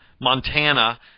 Montana